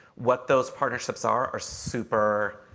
what those partnerships are are super